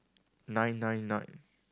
nine nine nine